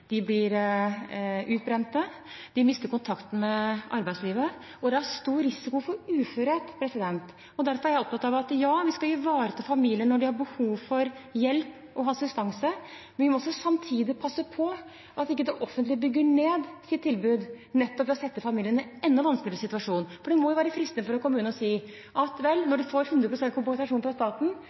De blir utbrent, de mister kontakten med arbeidslivet, og det er stor risiko for uførhet. Derfor er jeg opptatt av at ja, vi skal ivareta familiene når de har behov for hjelp og assistanse, men vi må samtidig passe på at ikke det offentlige bygger ned sitt tilbud, nettopp for ikke å sette familiene i en enda vanskeligere situasjon. For det må jo være fristende for en kommune å si at vel, når de får 100 prosent kompensasjon fra staten,